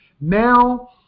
now